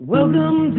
Welcome